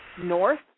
north